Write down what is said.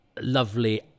Lovely